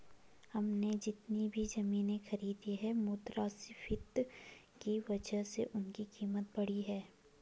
हमने जितनी भी जमीनें खरीदी हैं मुद्रास्फीति की वजह से उनकी कीमत बढ़ी है